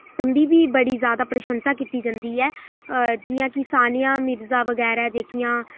उं'दी बी बड़ी ज्यादा प्रशंसा कीती जंदी ऐ जि'यां कि सानिया मिर्जा बगैरा जेह्कियां